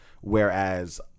whereas